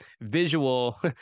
visual